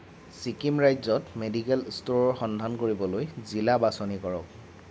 ছিকিম ৰাজ্যত মেডিকেল ষ্ট'ৰৰ সন্ধান কৰিবলৈ জিলা বাছনি কৰক